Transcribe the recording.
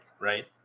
right